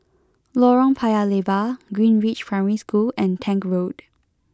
Lorong Paya Lebar Greenridge Primary School and Tank Road